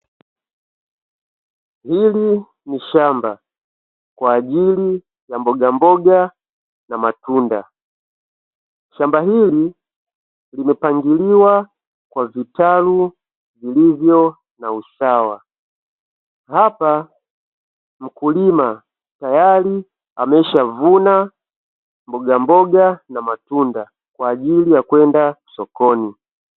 Hili ni shamba kwa ajili ya mbogamboga na matunda. Shamba hili limepangiliwa kwa vitalu vilivyo na usawa. Hapa mkulima tayari ameshavuna mbogamboga na matunda kwa ajili ya kwenda sokoni.